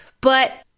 but-